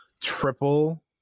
triple